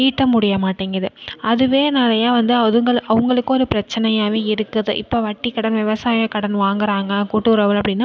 ஈட்ட முடிய மாட்டேங்குது அதுவே நிறையா வந்து அதுங்களை அவங்களுக்கும் ஒரு பிரச்சினையாவே இருக்குது இப்போ வட்டிக் கடன் விவசாயக் கடன் வாங்கிறாங்க கூட்டுறவில் அப்படின்னா